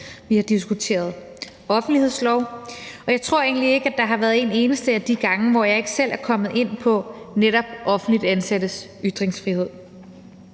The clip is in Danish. vi har diskuteret offentlighedslov, og jeg tror egentlig ikke, at der har været en eneste af de gange, hvor jeg ikke selv er kommet ind på netop offentligt ansattes ytringsfrihed.